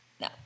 no